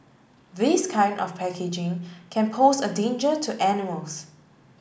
this kind of packaging can pose a danger to animals